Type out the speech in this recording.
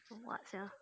for what sia